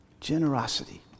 Generosity